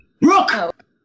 Brooke